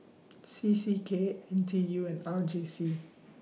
C C K N T U and R J C